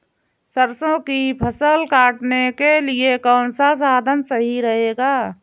सरसो की फसल काटने के लिए कौन सा साधन सही रहेगा?